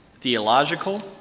theological